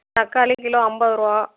தக்காளி கிலோ ஐம்பதுருவா